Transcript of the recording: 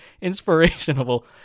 inspirational